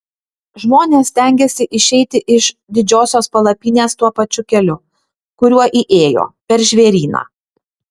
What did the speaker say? žmonės stengiasi išeiti iš didžiosios palapinės tuo pačiu keliu kuriuo įėjo per žvėryną